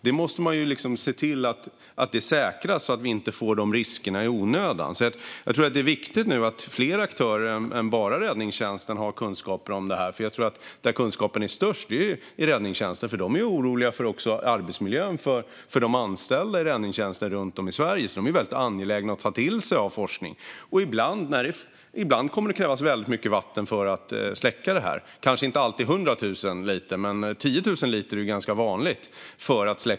Man måste se till att det säkras så att vi inte får de riskerna i onödan. Jag tror därför att det är viktigt att fler aktörer än bara räddningstjänsten har kunskaper om detta. Jag tror dock att kunskapen är störst i räddningstjänsten, för de är ju även oroliga för arbetsmiljön för räddningstjänsten runt om i Sverige och därför angelägna att ta till sig av forskning. Ibland kommer det att krävas väldigt mycket vatten för att släcka den här typen av brand - kanske inte alltid 100 000 liter, men 10 000 liter är ganska vanligt.